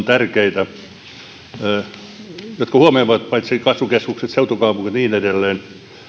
tärkeitä kasvukäytävät jotka huomioivat kasvukeskukset seutukaupungit ja niin edelleen